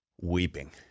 weeping